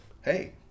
hey